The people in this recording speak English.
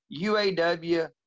UAW